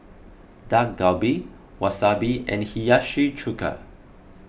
Dak Galbi Wasabi and Hiyashi Chuka